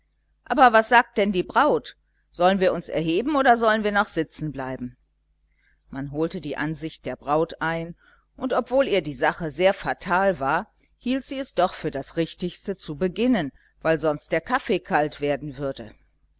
aber was sagt denn die braut sollen wir uns erheben oder sollen wir noch sitzenbleiben man holte die ansicht der braut ein und obgleich ihr die sache sehr fatal war hielt sie es doch für das richtigste zu beginnen weil sonst der kaffee kalt werden würde